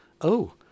Oh